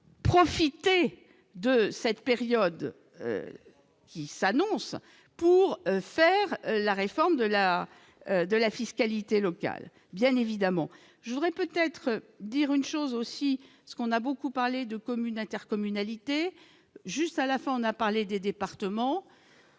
profiter de cette période. Qui s'annonce pour faire la réforme de la de la fiscalité locale, bien évidemment, je voudrais peut-être dire une chose aussi ce qu'on a beaucoup parlé de communes, intercommunalités, juste à la fin, on a parlé des départements,